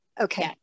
Okay